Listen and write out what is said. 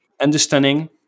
understanding